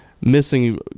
missing